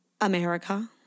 America